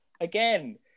again